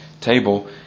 table